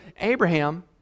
Abraham